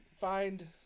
find